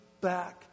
back